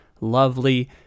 lovely